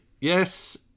Yes